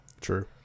True